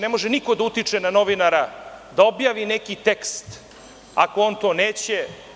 Ne može niko da utiče na novinara da objavi neki tekst ako on to neće.